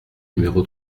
numéro